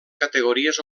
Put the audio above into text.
categories